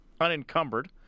unencumbered